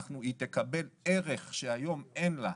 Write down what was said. היא תקבל ערך שהיום אין לה.